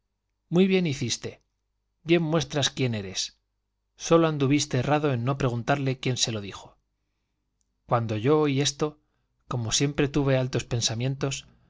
muy bien hiciste bien muestras quién eres sólo anduviste errado en no preguntarle quién se lo dijo cuando yo oí esto como siempre tuve altos pensamientos